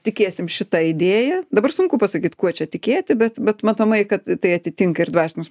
tikėsim šita idėja dabar sunku pasakyt kuo čia tikėti bet bet matomai kad tai atitinka ir dvasinius